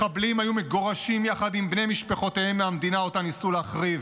מחבלים היו מגורשים יחד עם בני משפחותיהם מהמדינה שאותה ניסו להחריב.